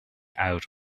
out